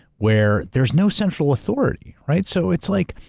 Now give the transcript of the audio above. where there's no central authority, right? so it's like,